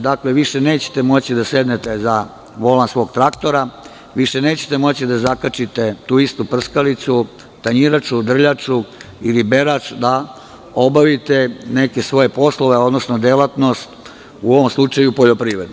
Dakle, više nećete moći da sednete za volan svog traktora, više nećete moći da zakačite tu istu prskalicu, tanjiraču, drljaču, ili berač, da obavite neke svoje poslove, odnosno delatnost, u ovom slučaju poljoprivrednu.